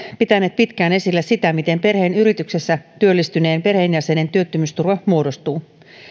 pitäneet pitkään esillä sitä miten perheen yrityksessä työllistyneen perheenjäsenen työttömyysturva muodostuu